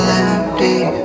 empty